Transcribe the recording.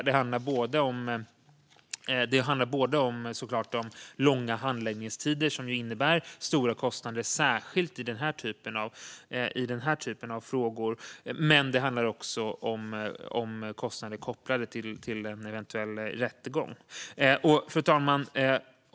Det handlar både om långa handläggningstider, som ju innebär stora kostnader särskilt i den här typen av frågor, och om kostnader kopplade till en eventuell rättegång. Fru talman!